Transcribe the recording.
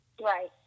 Right